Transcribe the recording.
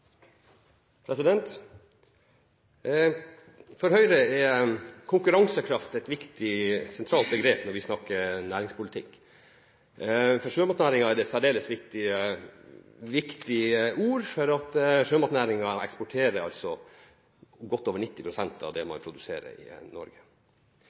replikkordskifte. For Høyre er konkurransekraft et sentralt begrep når vi snakker om næringspolitikk. For sjømatnæringen er dette særdeles viktig, for sjømatnæringen eksporterer godt over 90 pst. av det den produserer i Norge. For Høyre er det sånn at